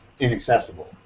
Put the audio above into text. inaccessible